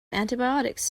antibiotics